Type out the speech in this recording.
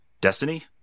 Destiny